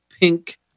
Pink